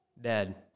Dead